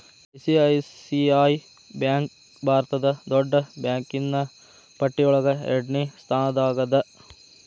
ICICI bank ಭಾರತದ್ ದೊಡ್ಡ್ ಬ್ಯಾಂಕಿನ್ನ್ ಪಟ್ಟಿಯೊಳಗ ಎರಡ್ನೆ ಸ್ಥಾನ್ದಾಗದ